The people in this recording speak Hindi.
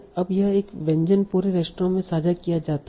अब यह व्यंजन पूरे रेस्तरां में साझा किया जाता है